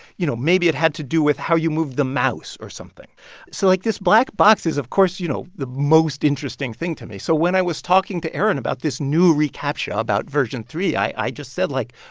you know, maybe it had to do with how you moved the mouse or something so like, this black box is, of course, you know, the most interesting thing to me. so when i was talking to aaron about this new recaptcha about version three, i just said, like,